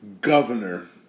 governor